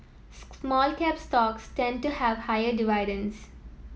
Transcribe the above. small cap stocks tend to have higher dividends